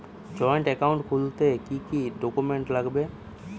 Joint account খুলতে কি কি ডকুমেন্টস লাগবে?